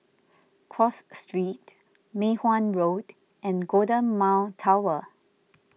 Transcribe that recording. Cross Street Mei Hwan Road and Golden Mile Tower